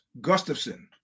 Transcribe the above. Gustafson